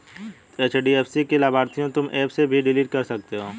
HDFC की लाभार्थियों तुम एप से भी डिलीट कर सकते हो